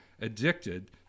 addicted